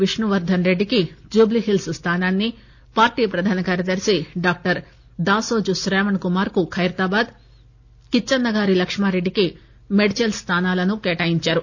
విష్ణువర్దన్ రెడ్డికి జుబ్లీహిల్స్ స్థానాన్ని పార్టీ ప్రధాన కార్యదర్శి డాక్టర్ దానోజు శ్రావణ్కుమార్కు ఖైరతాబాద్ కిచ్చన్న గారి లక్మారెడ్డికి మేడ్చెల్ స్థానాలను కేటాయించారు